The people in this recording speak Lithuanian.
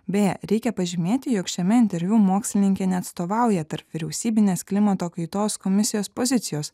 beje reikia pažymėti jog šiame interviu mokslininkė neatstovauja tarpvyriausybinės klimato kaitos komisijos pozicijos